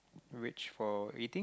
rich for eating